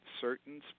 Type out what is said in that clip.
certain